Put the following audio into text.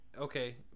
Okay